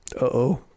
Uh-oh